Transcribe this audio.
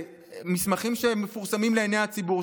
אלו מסמכים שמפורסמים לעיני הציבור,